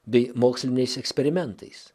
bei moksliniais eksperimentais